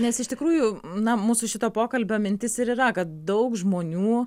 nes iš tikrųjų na mūsų šito pokalbio mintis ir yra kad daug žmonių